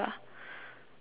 I don't know leh